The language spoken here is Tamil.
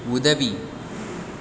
உதவி